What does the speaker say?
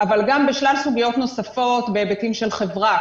אבל גם בשלל סוגיות נוספות בהיבטים של חברה,